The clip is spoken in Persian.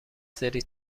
سری